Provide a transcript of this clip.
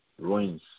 ruins